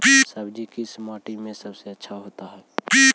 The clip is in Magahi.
सब्जी किस माटी में सबसे ज्यादा होता है?